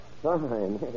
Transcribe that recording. Fine